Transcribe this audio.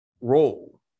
role